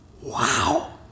Wow